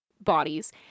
bodies